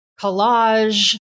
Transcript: collage